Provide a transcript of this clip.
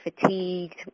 fatigued